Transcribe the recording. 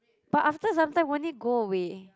but after some time won't it go away